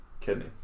kidney